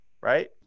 Right